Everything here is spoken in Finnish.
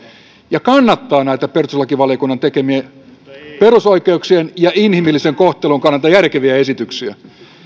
ja kannattaa näitä perustuslakivaliokunnan tekemiä perusoikeuksien ja inhimillisen kohtelun kannalta järkeviä esityksiä